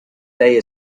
they